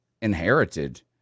inherited